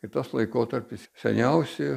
ir tas laikotarpis seniausi